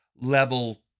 level